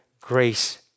grace